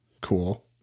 Cool